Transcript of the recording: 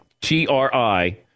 T-R-I